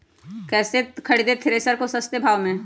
कैसे खरीदे थ्रेसर को सस्ते भाव में?